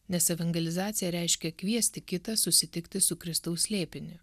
nes evangelizacija reiškia kviesti kitą susitikti su kristaus slėpiniu